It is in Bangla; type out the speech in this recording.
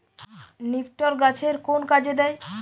নিপটর গাছের কোন কাজে দেয়?